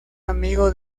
amigo